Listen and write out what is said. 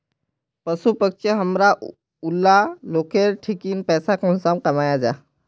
पशु पक्षी हमरा ऊला लोकेर ठिकिन पैसा कुंसम कमाया जा?